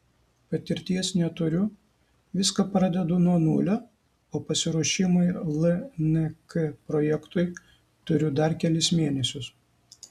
patirties neturiu viską pradedu nuo nulio o pasiruošimui lnk projektui turiu dar kelis mėnesius